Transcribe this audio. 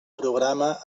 programa